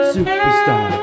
Superstar